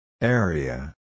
Area